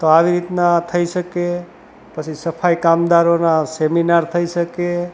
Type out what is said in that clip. તો આવી રીતના થઈ શકે પછી સફાઈ કામદારોના સેમિનાર થઈ શકે